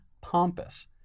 pompous